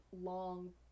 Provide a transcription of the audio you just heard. long